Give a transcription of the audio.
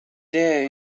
det